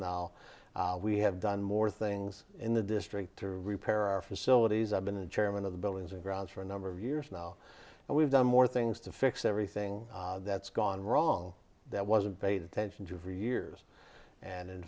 now we have done more things in the district to repair our facilities i've been the chairman of the buildings and grounds for a number of years now and we've done more things to fix everything that's gone wrong that wasn't paid attention to for years and in